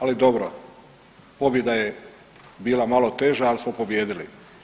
Ali dobro, pobjeda je bila malo teža, ali smo pobijedili.